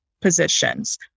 positions